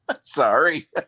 Sorry